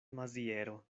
maziero